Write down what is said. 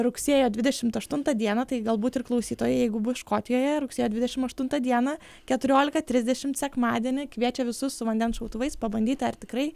rugsėjo dvidešimt aštuntą dieną tai galbūt ir klausytojai jeigu bus škotijoje rugsėjo dvidešim aštuntą dieną keturiolika trisdešimt sekmadienį kviečia visus su vandens šautuvais pabandyti ar tikrai